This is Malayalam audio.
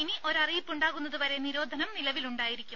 ഇനി ഒരറിയിപ്പുണ്ടാകുന്നതുവരെ നിരോധനം നിലവിലുണ്ടായിരിക്കും